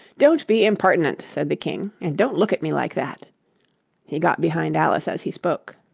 don't be impertinent said the king, and don't look at me like that he got behind alice as he spoke.